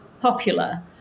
popular